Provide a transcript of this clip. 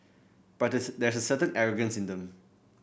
but there's there's a certain arrogance in them